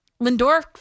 Lindor